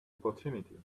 opportunity